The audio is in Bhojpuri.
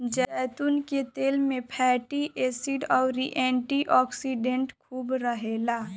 जैतून के तेल में फैटी एसिड अउरी एंटी ओक्सिडेंट खूब रहेला